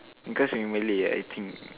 cause we malay ah I think